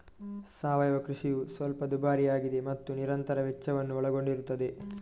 ಸಾವಯವ ಕೃಷಿಯು ಸ್ವಲ್ಪ ದುಬಾರಿಯಾಗಿದೆ ಮತ್ತು ನಿರಂತರ ವೆಚ್ಚವನ್ನು ಒಳಗೊಂಡಿರುತ್ತದೆ